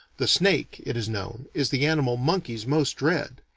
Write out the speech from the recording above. the snake, it is known, is the animal monkeys most dread.